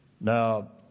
Now